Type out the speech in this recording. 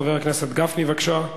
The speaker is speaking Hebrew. חבר הכנסת משה גפני, בבקשה.